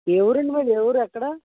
ఏ ఊరండి మీది ఏ ఊరు ఎక్కడ